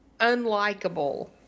unlikable